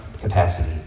capacity